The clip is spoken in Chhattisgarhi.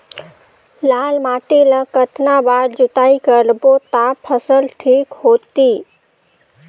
लाल माटी ला कतना बार जुताई करबो ता फसल ठीक होती?